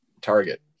target